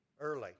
early